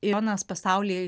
jonas pasaulyje